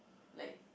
like